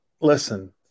listen